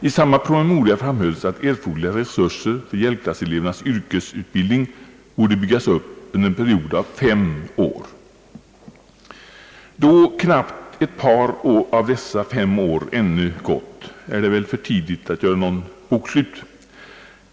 I samma promemoria framhöils att erforderliga resurser för hjälpklasselevernas yrkesutbildning borde byggas upp under en period av fem år. Då knappt ett par av dessa fem år ännu gått, är det väl för tidigt att göra något bokslut.